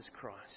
Christ